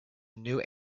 new